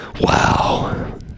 wow